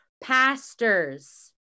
pastors